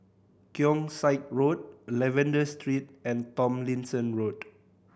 Keong Saik Road Lavender Street and Tomlinson Road